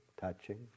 touching